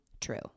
true